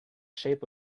shape